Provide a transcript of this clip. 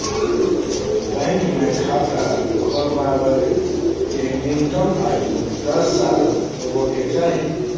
bank मे खाता खोलबावे के न्यूनतम आयु दस साल होबे के चाही